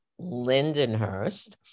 Lindenhurst